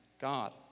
God